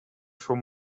from